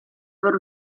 aver